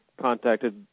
contacted